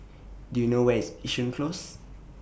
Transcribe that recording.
Do YOU know Where IS Yishun Close